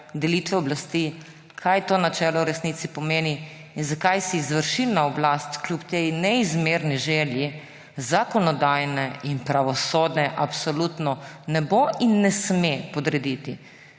delitve oblasti, kaj to načelo v resnici pomeni in zakaj si izvršilna oblast kljub tej neizmerni želji zakonodajne in pravosodne veje absolutno ne bo in ne sme podrediti.